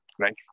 Right